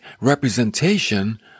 representation